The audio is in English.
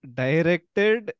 directed